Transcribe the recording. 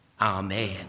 Amen